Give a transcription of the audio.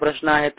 असा प्रश्न आहे